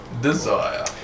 desire